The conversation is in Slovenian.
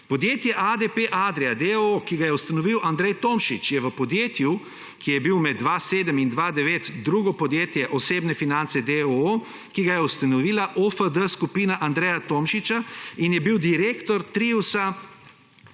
Podjetje ADP Adria, d. o. o., ki ga je ustanovil Andrej Tomšič, je v podjetju, ki je bil med 2007 in 2009 drugo podjetje Osebne finance, d. o. o., ki ga je ustanovila OFG skupina Andreja Tomšiča in je bil direktor Triusa